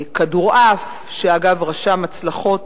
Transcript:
כדורעף, שאגב רשם הצלחות